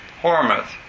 Hormuth